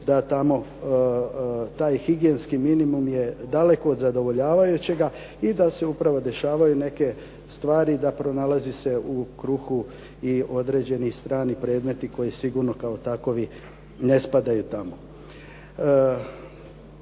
da tamo taj higijenski minimum je daleko od zadovoljavajućega i da se upravo dešavaju neke stvari da pronalazi se u kruhu i određeni strani predmeti koji sigurno kao takvi ne spadaju tamo.